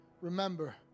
remember